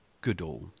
Goodall